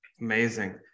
Amazing